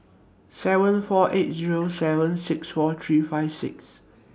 seven four eight Zero seven six four three five six